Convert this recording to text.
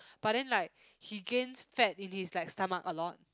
but then like he gains fat in his like stomach a lot